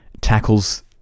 tackles